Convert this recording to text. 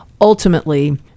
ultimately